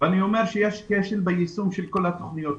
אני חוזר ואומר שיש כשל ביישום כל התוכניות.